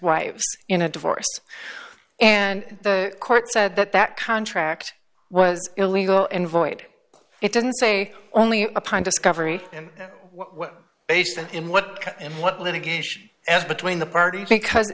wives in a divorce and the court said that that contract was illegal and void it didn't say only upon discovery and what basis in what and what litigation is between the parties because